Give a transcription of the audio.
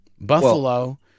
Buffalo